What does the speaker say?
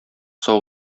сау